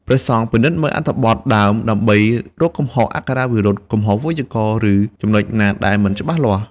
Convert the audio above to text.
ព្រះសង្ឃពិនិត្យមើលអត្ថបទដើមដើម្បីរកកំហុសអក្ខរាវិរុទ្ធ កំហុសវេយ្យាករណ៍ ឬចំណុចណាដែលមិនច្បាស់លាស់។